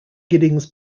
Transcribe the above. giddings